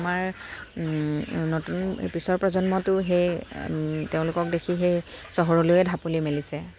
আমাৰ নতুন পিছৰ প্ৰজন্মটো সেই তেওঁলোকক দেখি সেই চহৰলৈয়ে ঢাপলি মেলিছে